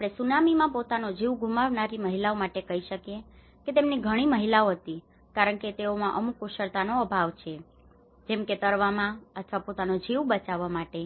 આપણે સુનામીમાં પોતાનો જીવ ગુમાવનારી મહિલાઓ માટે કહી શકીએ કે તેમાંની ઘણી મહિલાઓ હતી કારણ કે તેઓમાં અમુક કુશળતાનો અભાવ છે જેમ કે તરવામાં અથવા પોતાનો જીવ બચાવવા માટે